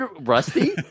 rusty